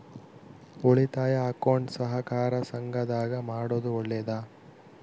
ಉಳಿತಾಯ ಅಕೌಂಟ್ ಸಹಕಾರ ಸಂಘದಾಗ ಮಾಡೋದು ಒಳ್ಳೇದಾ?